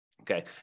Okay